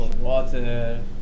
water